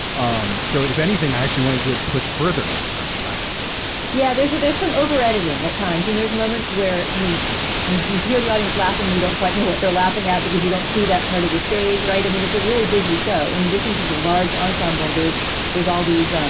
um so if anything, i actually wanted to pushed further in that direction. i felt yeah, there's that. there's some over editing at times. and there's moments where you you you hear the audience laughing. you don't quite know what they're laughing at because you don't see that part of the stage. right. i mean, it's a really busy show. in addition to the large ensemble, there's there's all these, um,